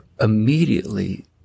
immediately